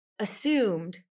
assumed